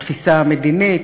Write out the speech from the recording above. בתפיסה המדינית,